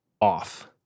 off